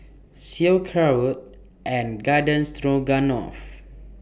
Sauerkraut and Garden Stroganoff